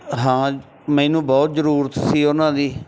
ਹਾਂ ਮੈਨੂੰ ਬਹੁਤ ਜ਼ਰੂਰਤ ਸੀ ਉਹਨਾਂ ਦੀ